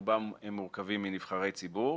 שברובם מורכבים מנבחרי ציבור.